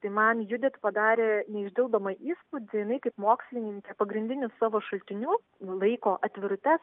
tai man judit padarė neišdildomą įspūdį jinai kaip mokslininkė pagrindiniu savo šaltiniu laiko atvirutes